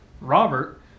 Robert